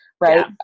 right